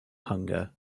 hunger